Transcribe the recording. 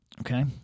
okay